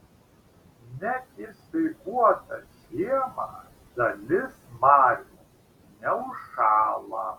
net ir speiguotą žiemą dalis marių neužšąla